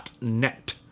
net